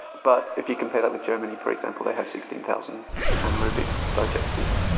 but if you compare that with germany, for example, they have sixteen thousand anaerobic digesters,